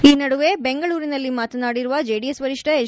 ಈ ನಡುವೆ ಬೆಂಗಳೂರಿನಲ್ಲಿ ಮಾತನಾಡಿರುವ ಜೆಡಿಎಸ್ ವರಿಷ್ಠ ಎಚ್